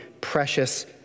precious